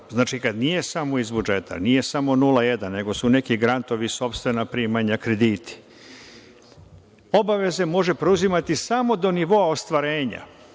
znači, kad nije samo iz budžeta, nije samo 0,1, nego su neki grantovi, sopstvena primanja, krediti, obaveze može preuzimati samo do nivoa ostvarenja.